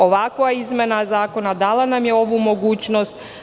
Ovakva izmena zakona dala nam je ovu mogućnost.